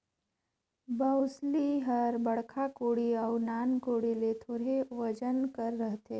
बउसली हर बड़खा कोड़ी अउ नान कोड़ी ले थोरहे ओजन कर रहथे